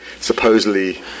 supposedly